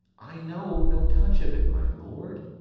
i know, no touch of it, my lord.